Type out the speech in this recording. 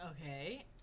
Okay